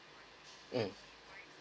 um